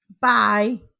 bye